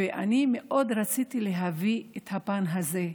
ואני מאוד רציתי להביא את הפן הזה,